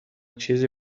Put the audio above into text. چیزی